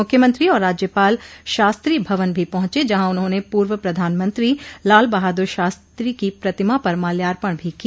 मुख्यमंत्री और राज्यपाल शास्त्री भवन भी पहुंचे जहां उन्होंने पूर्व प्रधानमंत्री लाल बहादुर शास्त्री की प्रतिमा पर माल्यार्पण भी किया